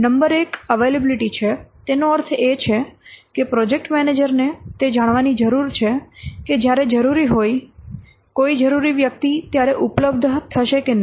number એક availability છે તેનો અર્થ એ કે પ્રોજેક્ટ મેનેજરને તે જાણવાની જરૂર છે કે જ્યારે જરૂરી હોય કોઈ જરૂરી વ્યક્તિ ત્યારે ઉપલબ્ધ થશે કે નહીં